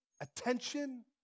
attention